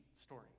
story